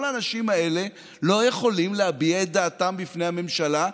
כל האנשים האלה לא יכולים להביע את דעתם בפני הממשלה,